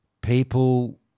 people